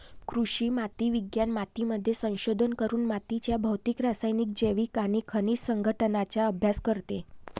कृषी माती विज्ञान मातीमध्ये संशोधन करून मातीच्या भौतिक, रासायनिक, जैविक आणि खनिज संघटनाचा अभ्यास करते